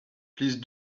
please